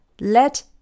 Let